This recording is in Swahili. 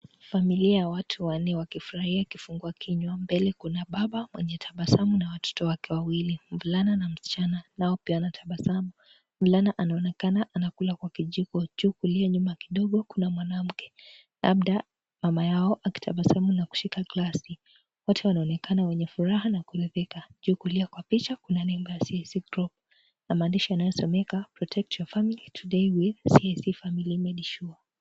Familia ya watu wanne ikifurahia kifungua kinywa, mbele kuna baba mwenye tabasamu na watoto wake wawili. Mvulana na msichana nao pia wanatabasamu, mvulana anaonekana anakula kwa kijiko. Juu kulia nyuma kidogo kuna mwanamke labda mama yao akitabasamu na kushika glasi. Wote wanaonekana wenye furaha na kuridhika. Juu kulia kwa picha kuna nembo ya CIC GROUP na mandishi yanayosomeka protect your family today with, CIC Family Medisure .